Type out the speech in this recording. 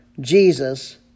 Jesus